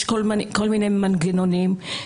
יש כל מיני מנגנונים,